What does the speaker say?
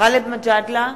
גאלב מג'אדלה,